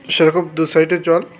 সেরকম দু সাইডে জল